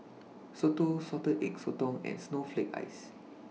Soto Salted Egg Sotong and Snowflake Ice